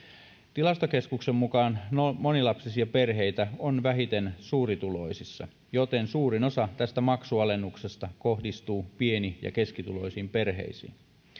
tilastokeskuksen mukaan monilapsisia perheitä on vähiten suurituloisissa joten suurin osa tästä maksualennuksesta kohdistuu pieni ja keskituloisiin perheisiin